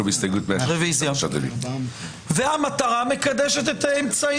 אנחנו עוברים להסתייגות 163. המטרה מקדשת את האמצעים